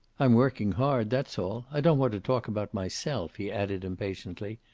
i'm working hard. that's all. i don't want to talk about myself, he added impatiently.